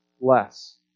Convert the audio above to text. less